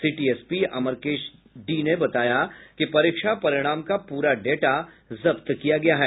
city SP Amarkesh D ने बताया कि परीक्षा परिणाम का पूरा डाटा जब्त किया गया है